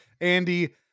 Andy